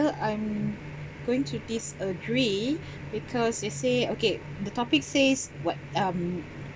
I'm going to disagree because you say okay the topic says what um